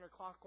counterclockwise